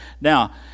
Now